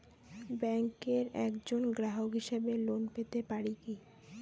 ব্যাংকের একজন গ্রাহক হিসাবে লোন পেতে পারি কি?